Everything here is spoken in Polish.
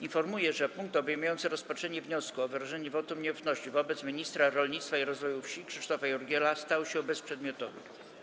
Informuję, że punkt obejmujący rozpatrzenie wniosku o wyrażenie wotum nieufności wobec ministra rolnictwa i rozwoju wsi Krzysztofa Jurgiela stał się bezprzedmiotowy.